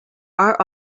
are